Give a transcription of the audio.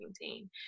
team